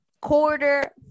quarter